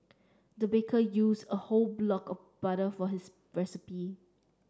the baker used a whole block of butter for his recipe